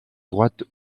droite